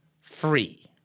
free